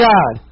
God